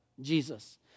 Jesus